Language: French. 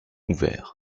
ouverts